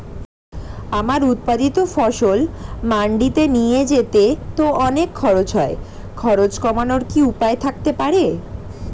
আমার উৎপাদিত ফসল মান্ডিতে নিয়ে যেতে তো অনেক খরচ হয় খরচ কমানোর কি উপায় থাকতে পারে?